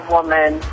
Woman